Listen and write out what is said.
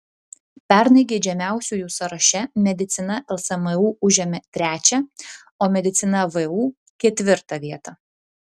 pernai geidžiamiausiųjų sąraše medicina lsmu užėmė trečią o medicina vu ketvirtą vietą